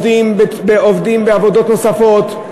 עובדים בעבודות נוספות.